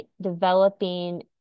developing